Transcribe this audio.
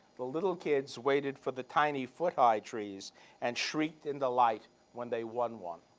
the little kids waited for the tiny, foot-high trees and shrieked in delight when they won one.